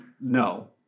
no